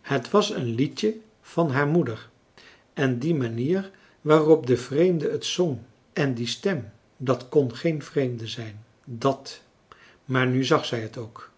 het was een liedje van haar moeder en die manier waarop de vreemde het zong en die stem dat kon geen vreemde zijn dat maar nu zag zij het ook